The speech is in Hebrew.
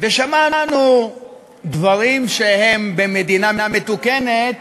ושמענו דברים שהם, במדינה מתוקנת,